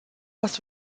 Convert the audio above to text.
was